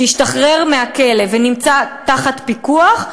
שהשתחרר מהכלא ונמצא תחת פיקוח,